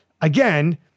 again